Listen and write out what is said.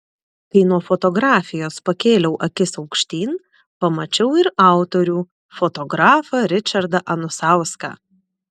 kai nuo fotografijos pakėliau akis aukštyn pamačiau ir autorių fotografą ričardą anusauską